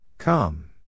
Come